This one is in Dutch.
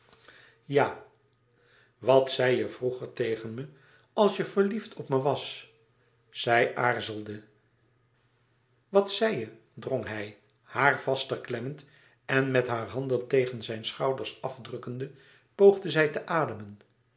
ja wat zei je vroeger tegen me als je verliefd op me was zij aarzelde wat zei je drong hij haar vaster klemmend en met haar handen tegen zijn schouders afdrukkende poogde zij te ademen